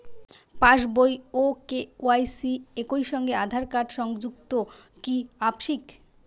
পাশ বই ও কে.ওয়াই.সি একই সঙ্গে আঁধার কার্ড সংযুক্ত কি আবশিক?